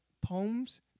poems